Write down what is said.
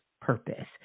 purpose